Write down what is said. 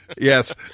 yes